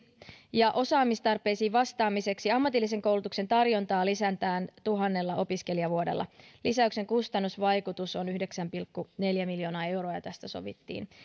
ja osaamistarpeisiin vastaamiseksi ammatillisen koulutuksen tarjontaa lisätään tuhannella opiskelijavuodella lisäyksen kustannusvaikutus on yhdeksän pilkku neljä miljoonaa euroa ja tästä sovittiin